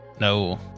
No